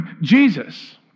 Jesus